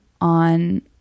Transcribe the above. on